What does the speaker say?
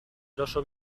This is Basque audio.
eroso